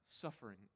suffering